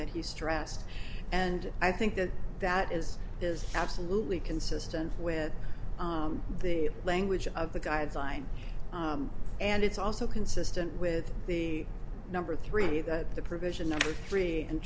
that he stressed and i think that that is is absolutely consistent with the language of the guideline and it's also consistent with the number three that the provision number three